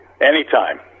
anytime